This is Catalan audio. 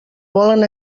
volen